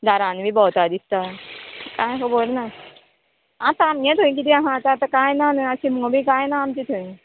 दारान बी भोंवता दिसता कांय खबर ना आतां आमगे थंय किदें आहा आतां कांय ना न्हू आशिमो बी कांय ना आमचें थंय